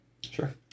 Sure